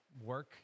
work